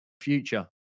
future